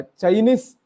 Chinese